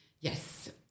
Yes